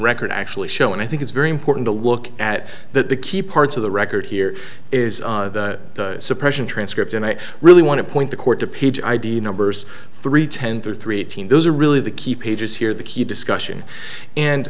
record actually show and i think it's very important to look at that the key parts of the record here is the suppression transcript and i really want to point the court to page id numbers three ten three three eighteen those are really the key pages here the key discussion and